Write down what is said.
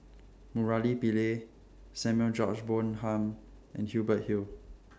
Murali Pillai Samuel George Bonham and Hubert Hill